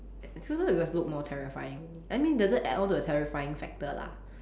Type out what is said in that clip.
it must look more terrifying I mean it doesn't add on to the terrifying factor lah